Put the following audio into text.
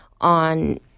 on